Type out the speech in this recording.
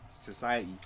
Society